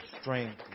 strength